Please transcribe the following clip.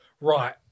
right